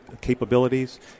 capabilities